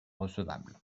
recevable